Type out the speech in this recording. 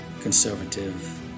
conservative